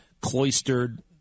cloistered